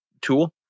tool